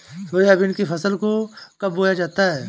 Soybean की फसल को कब बोया जाता है?